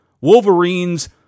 Wolverines